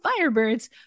Firebirds